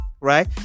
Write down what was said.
right